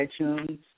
iTunes